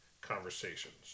conversations